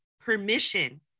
permission